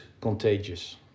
contagious